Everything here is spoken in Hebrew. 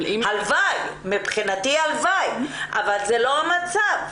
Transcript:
הלוואי, אבל זה לא המצב.